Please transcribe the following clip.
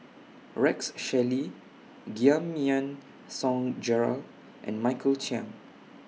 Rex Shelley Giam Yean Song Gerald and Michael Chiang